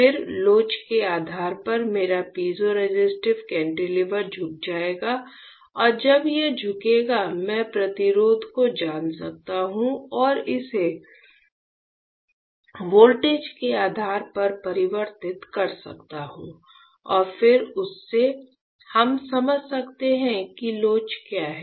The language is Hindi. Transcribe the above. फिर लोच के आधार पर मेरा पीज़ोरेसिस्टिव कैंटिलीवर झुक जाएगा और जब यह झुकेगा मैं प्रतिरोध को जान सकता हूं और इसे वोल्टेज के आधार पर परिवर्तित कर सकता हूं और फिर उससे हम समझ सकते हैं कि लोच क्या है